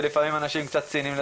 ולפעמים אנשים קצת ציניים,